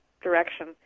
direction